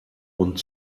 und